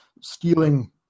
stealing